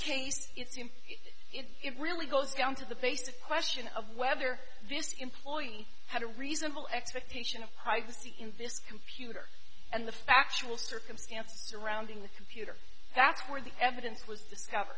case it really goes down to the basic question of whether this employee had a reasonable expectation of privacy in this computer and the factual circumstances surrounding the computer that's where the evidence was discovered